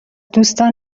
دوستان